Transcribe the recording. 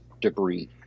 debris